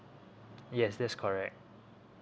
yes that's correct